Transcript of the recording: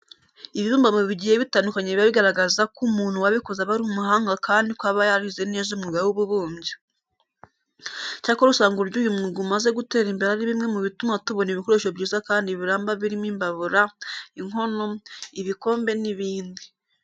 Ibibumbano bigiye bitandukanye biba bigaragaza ko umuntu wabikoze aba ari umuhanga kandi ko aba yarize neza umwuga w'ububumbyi. Icyakora usanga uburyo uyu mwuga umaze gutera imbere ari bimwe mu bituma tubona ibikoresho byiza kandi biramba birimo imbabura, inkono, ibikombe n'ibindi.